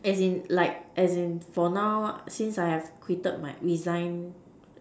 as in like as in for now since I have quitted my resign